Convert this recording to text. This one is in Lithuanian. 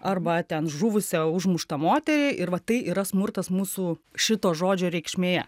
arba ten žuvusią užmuštą moterį ir va tai yra smurtas mūsų šito žodžio reikšmė